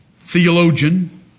theologian